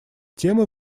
темы